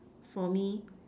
for me